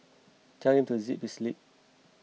tell him to zip his lip